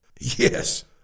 Yes